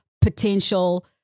potential